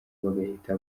bagahita